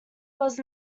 was